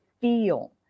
feel